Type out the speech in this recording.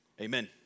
amen